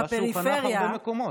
נראה שהוא חנך הרבה מקומות.